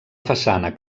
façana